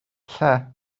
lle